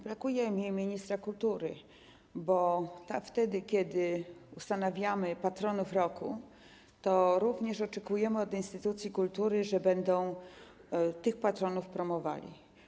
Brakuje mi ministra kultury, bo wtedy kiedy ustanawiamy patronów roku, to również oczekujemy od instytucji kultury, że będą tych patronów promowali.